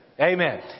Amen